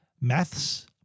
maths